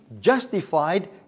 justified